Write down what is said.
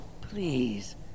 Please